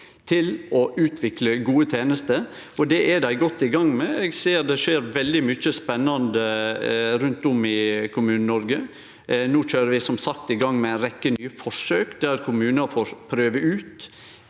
til å utvikle gode tenester, og det er dei godt i gang med. Eg ser at det skjer veldig mykje spennande rundt om i Kommune-Noreg. No køyrer vi, som sagt, i gang med ei rekkje nye forsøk der kommunar får prøve ut